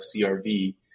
CRV